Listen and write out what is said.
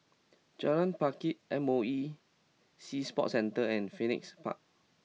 Jalan Pakis M O E Sea Sports Centre and Phoenix Park